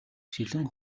шилэн